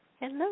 Hello